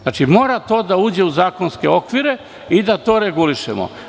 Znači, mora to da uđe u zakonske okvire i da to regulišemo.